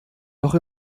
noch